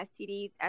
STDs